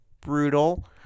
brutal